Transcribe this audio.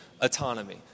autonomy